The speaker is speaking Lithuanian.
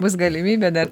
bus galimybė dar